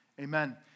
amen